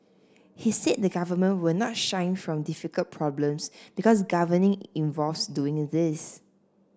he said the government will not shy from difficult problems because governing involves doing these